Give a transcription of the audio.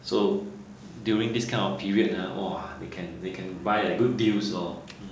so during this kind of period ah !wah! they can they can buy like good deals lor